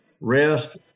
Rest